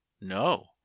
No